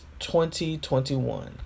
2021